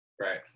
Right